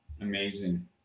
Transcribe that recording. Amazing